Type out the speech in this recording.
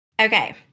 Okay